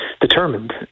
determined